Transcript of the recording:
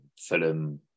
Fulham